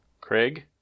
Craig